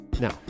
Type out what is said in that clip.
Now